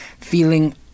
feeling